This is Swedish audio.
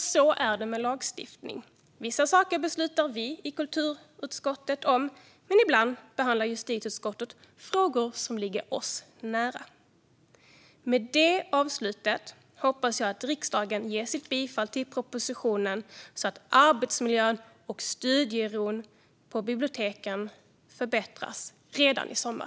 Så är det nämligen med lagstiftning. Vissa saker beslutar vi i kulturutskottet, och ibland behandlar justitieutskottet frågor som ligger oss nära. Med detta avslut hoppas jag att riksdagen ger sitt bifall till propositionen så att arbetsmiljön och studieron på biblioteken förbättras redan i sommar.